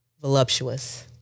Voluptuous